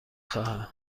خواهم